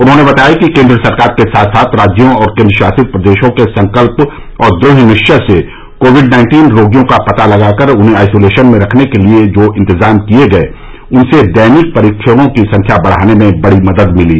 उन्होंने बताया कि केन्द्र सरकार के साथ साथ राज्यों और केन्द्र शासित प्रदेशों के संकल्प और दृढ़ निश्चय से कोविड नाइन्टीन रोगियों का पता लगाकर उन्हें आइसोलेशन में रखने के लिए जो इंतजाम किये गये उनसे दैनिक परीक्षणों की संख्या बढ़ाने में बड़ी मदद मिली